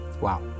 Wow